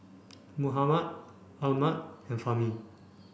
Muhammad Ahmad and Fahmi